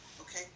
Okay